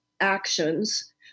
actions